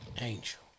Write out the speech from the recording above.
angel